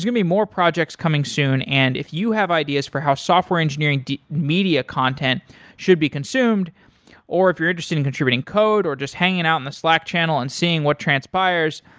going to be more project coming soon, and if you have ideas for how software engineering media content should be consumed or if you're interested in contributing code or just hanging out in the slack channel and seeing what transpires,